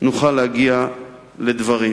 נוכל להגיע לדברים.